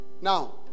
Now